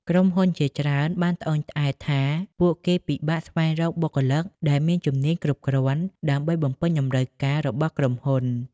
ក្រុមហ៊ុនជាច្រើនបានត្អូញត្អែរថាពួកគេពិបាកស្វែងរកបុគ្គលិកដែលមានជំនាញគ្រប់គ្រាន់ដើម្បីបំពេញតម្រូវការរបស់ក្រុមហ៊ុន។